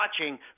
watching